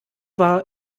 war